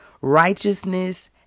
righteousness